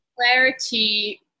clarity